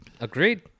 Agreed